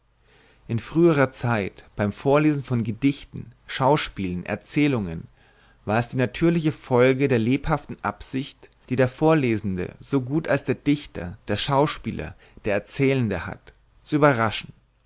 in früherer zeit beim vorlesen von gedichten schauspielen erzählungen war es die natürliche folge der lebhaften absicht die der vorlesende so gut als der dichter der schauspieler der erzählende hat zu überraschen